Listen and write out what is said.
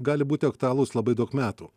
gali būti aktualus labai daug metų